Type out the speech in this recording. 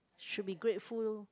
should be grateful lor